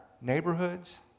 neighborhoods